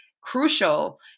crucial